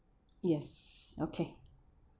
yes okay